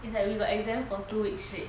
it's like we got exam for two weeks straight